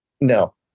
No